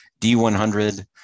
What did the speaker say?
D100